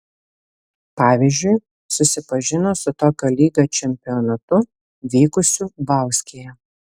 pavyzdžiui susipažino su tokio lygio čempionatu vykusiu bauskėje